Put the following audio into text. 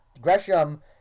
Gresham